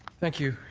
thank you,